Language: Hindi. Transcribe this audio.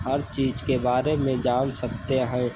हर चीज़ के बारे में जान सकते हैं